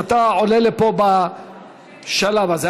אם אתה עולה לפה בשלב הזה.